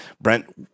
Brent